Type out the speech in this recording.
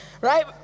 Right